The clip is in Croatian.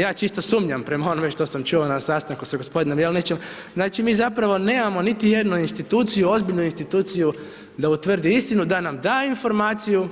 Ja čisto sumnjam prema onome što sam čuo na sastanku sa g. Jelenić, znači mi zapravo nemamo niti jednu instituciju, ozbiljnu instituciju da utvrdi istinu, da nam da informaciju